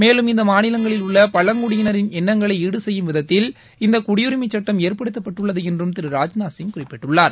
மேலும் இந்த மாநிலங்களில் உள்ள பழங்குடியினரின் எண்ணங்களை ஈடுசெய்யும் விதத்தில் இந்த குடியுரிமை சுட்டம் ஏற்படுத்தப்பட்டுள்ளது என்றும் திரு ராஜ்நாத் சிங் குறிப்பிட்டுள்ளார்